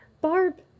Barb